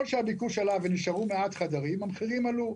שהביקוש עלה ונשארו מעט חדרים המחירים עלו.